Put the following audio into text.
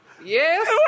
Yes